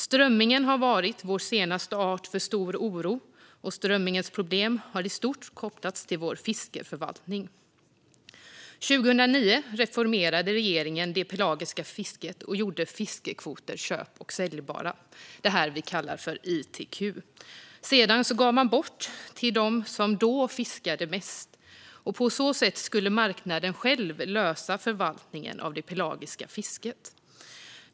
Strömmingen har varit vår senaste art för stor oro, och strömmingens problem har i stort kopplats till vår fiskeförvaltning. År 2009 reformerade regeringen det pelagiska fisket och gjorde fiskekvoter köp och säljbara. Detta kallar vi ITQ. Sedan gav man bort det till de fiskare som då fiskade mest. På så sätt skulle marknaden själv lösa förvaltningen av det pelagiska fisket.